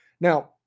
Now